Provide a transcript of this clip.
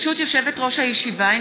ברשות יושבת-ראש הישיבה,